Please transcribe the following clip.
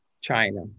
China